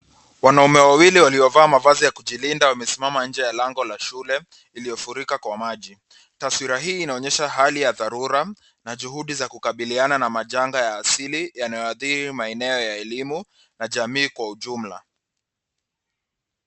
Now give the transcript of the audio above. Wanaume wawili waliovaa mavazi ya kujilinda wamesimama nje ya lango la shule iliyofurika kwa maji. Taswira hii inaonyesha hali ya dharura na juhudi za kukabiliana na majanga ya asili yanayoathiri maeneo ya elimu na jamii kwa ujumla.